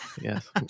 Yes